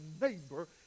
neighbor